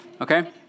Okay